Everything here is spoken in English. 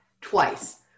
twice